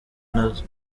nazo